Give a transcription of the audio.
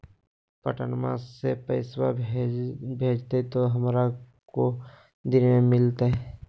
पटनमा से पैसबा भेजते तो हमारा को दिन मे मिलते?